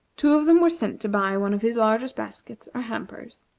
two of them were sent to buy one of his largest baskets or hampers.